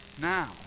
now